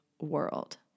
world